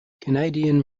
canadian